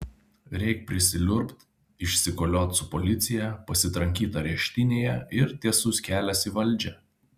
reik prisiliurbt išsikoliot su policija pasitrankyt areštinėje ir tiesus kelias į valdžią